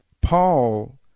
Paul